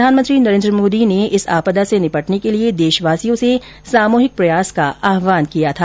प्रधानमंत्री नरेन्द्र मोदी ने इस आपदा से निपटने के लिए देशवासियों से सामूहिक प्रयास का आहवान किया था